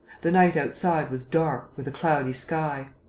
the night outside was dark, with a cloudy sky.